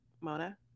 Mona